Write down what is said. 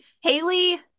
Haley